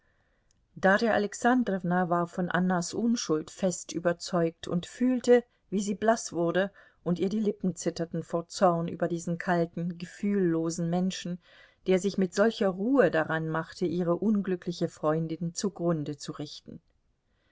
darja alexandrowna war von annas unschuld fest überzeugt und fühlte wie sie blaß wurde und ihr die lippen zitterten vor zorn über diesen kalten gefühllosen menschen der sich mit solcher ruhe daranmachte ihre unglückliche freundin zugrunde zu richten